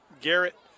Garrett